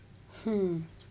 hmm